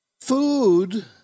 food